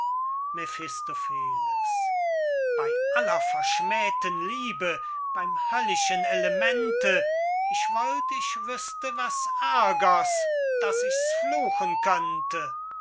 mephistopheles bey aller verschmähten liebe beym höllischen elemente ich wollt ich wüßte was ärgers daß ich's fluchen könnte